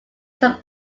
some